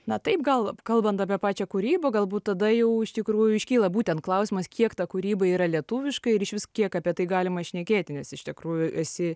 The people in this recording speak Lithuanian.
na taip gal kalbant apie pačią kūrybą galbūt tada jau iš tikrųjų iškyla būtent klausimas kiek ta kūryba yra lietuviška ir išvis kiek apie tai galima šnekėti nes iš tikrųjų esi